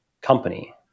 company